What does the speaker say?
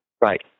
Right